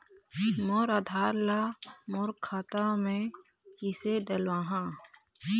मोर आधार ला मोर खाता मे किसे डलवाहा?